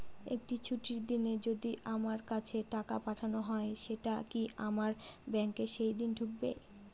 একটি ছুটির দিনে যদি আমার কাছে টাকা পাঠানো হয় সেটা কি আমার ব্যাংকে সেইদিন ঢুকবে?